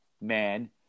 man